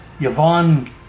Yvonne